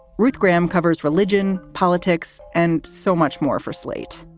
ruth graham covers religion, politics and so much more for slate.